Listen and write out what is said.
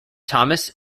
thomas